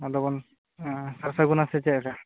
ᱟᱫᱚ ᱵᱚᱱ ᱥᱟᱨ ᱥᱟᱹᱜᱩᱱᱟ ᱥᱮ ᱪᱮᱫ ᱞᱮᱠᱟ